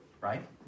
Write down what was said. right